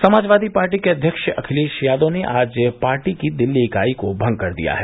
Samajwadi party के अध्यक्ष अखिलेश यादव ने आज पार्टी की दिल्ली इकाई को भंग कर दिया है